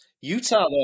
Utah